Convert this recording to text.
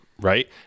right